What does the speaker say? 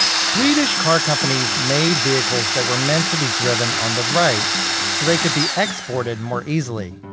swedish car companies made vehicles that were meant to be driven on the right so they could be exported more easily.